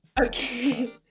Okay